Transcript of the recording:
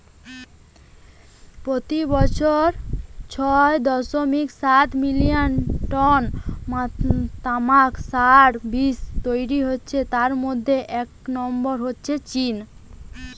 পোতি বছর ছয় দশমিক সাত মিলিয়ন টন তামাক সারা বিশ্বে তৈরি হয় যার মধ্যে এক নম্বরে আছে চীন